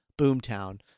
Boomtown